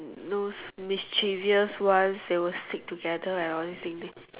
those mischievous ones they will stick together and all this thing they